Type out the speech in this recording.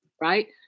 right